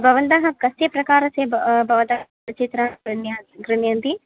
भवन्तः कस्य प्रकारस्य ब भवतः चित्रं करण्या क्रिणन्ति